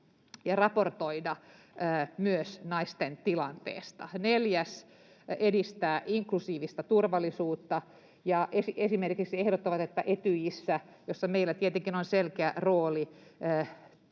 ja raportoida myös naisten tilanteesta. Neljäs: edistää inklusiivista turvallisuutta — he esimerkiksi ehdottavat, että Etyjissä, jossa meillä tietenkin on selkeä rooli,